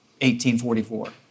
1844